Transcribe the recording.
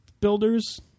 builders